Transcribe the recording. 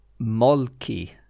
Molki